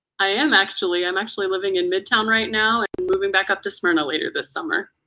i am actually, i'm actually living in midtown right now moving back up to smyrna later this summer.